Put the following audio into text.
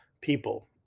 people